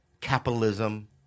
capitalism